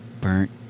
burnt